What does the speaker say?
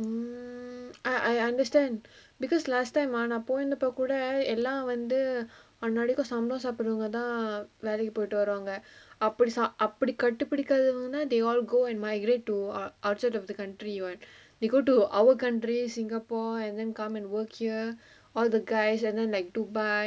mmhmm I I understand because last time ஆனா போயிருந்தப்ப கூட எல்லா வந்து அன்னாடைக்கும்:aanaa poyirunthappa kooda ellaa vanthu annadaikkum sambal uh சாப்ரவங்கதா வேலைக்கு போய்ட்டு வருவாங்க அப்டி:saapravangathaa velaikku poyittu varuvaanga apdi sa~ அப்டி கண்டு பிடிகாதவங்கதா:apdi kandu pidikaathavangathaa they all go and migrate to ah outside of the country what they go to our country singapore and then come and work here all the guys and then like dubai